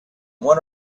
one